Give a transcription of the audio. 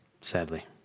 Sadly